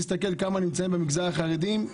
תסתכל כמה נמצאים מהמגזר החרדי.